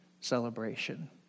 celebration